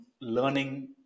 learning